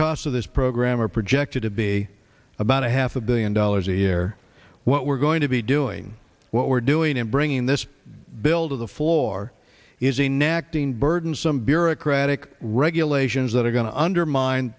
cost of this program are projected to be about a half a billion dollars a year what we're going to be doing what we're doing in bringing this bill to the floor is a knack to unburden some bureaucratic regulations that are going to undermine